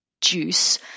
juice